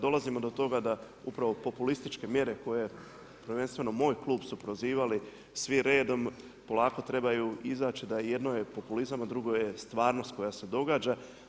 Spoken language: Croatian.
Dolazimo do toga da upravo populističke mjere koje prvenstveno moj klub su prozivali svi redom, polako trebaju izaći, da jedno je populizam a drugo je stvarnost koja se događa.